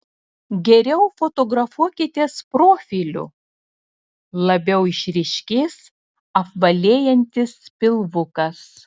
geriau fotografuokitės profiliu labiau išryškės apvalėjantis pilvukas